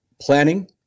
planning